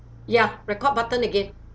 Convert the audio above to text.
ya record button again